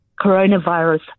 coronavirus